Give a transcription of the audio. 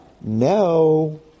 no